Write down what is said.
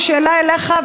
השאלה אליך,